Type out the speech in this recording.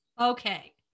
Okay